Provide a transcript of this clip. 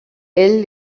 ell